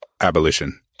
abolition